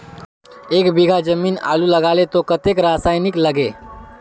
एक बीघा जमीन आलू लगाले तो कतेक रासायनिक लगे?